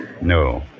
No